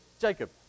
Jacob